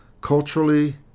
culturally